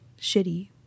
shitty